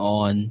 on